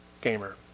Gamer